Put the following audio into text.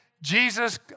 Jesus